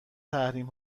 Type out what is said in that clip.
تحریم